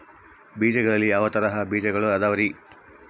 ಬೇಜಗಳಲ್ಲಿ ಯಾವ ತರಹದ ಬೇಜಗಳು ಅದವರಿ?